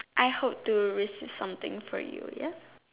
I hope to receive something from you ya